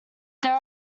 there